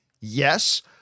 Yes